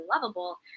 lovable